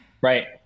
Right